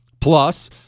Plus